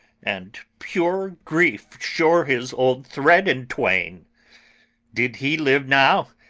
and pure grief shore his old thread in twain did he live now,